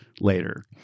later